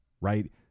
right